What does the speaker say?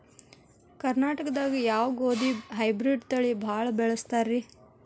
ಕರ್ನಾಟಕದಾಗ ಯಾವ ಗೋಧಿ ಹೈಬ್ರಿಡ್ ತಳಿ ಭಾಳ ಬಳಸ್ತಾರ ರೇ?